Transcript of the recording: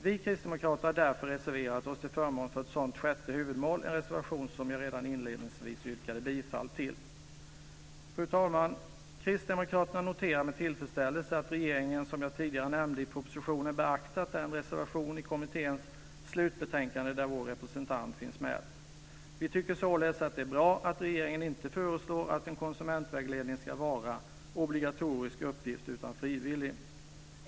Vi kristdemokrater har därför reserverat oss till förmån för ett sådant sjätte huvudmål, en reservation som jag redan inledningsvis yrkade bifall till. Fru talman! Kristdemokraterna noterar med tillfredsställelse att regeringen, som jag tidigare nämnde, i propositionen beaktat den reservation i kommitténs slutbetänkande där vår representant finns med. Vi tycker således att det är bra att regeringen inte föreslår att en konsumentvägledning ska vara en obligatorisk uppgift utan frivillig.